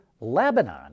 Lebanon